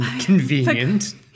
Convenient